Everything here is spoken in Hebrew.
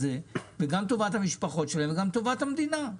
גם טובת המשפחות שלהם וגם טובת המדינה.